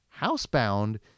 Housebound